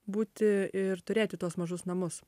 būti ir turėti tuos mažus namus